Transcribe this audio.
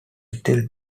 still